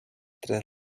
tras